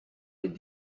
les